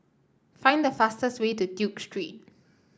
find the fastest way to Duke Street